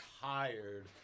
tired